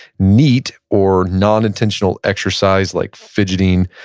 neat, or non-intentional exercise like fidgeting,